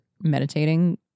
meditating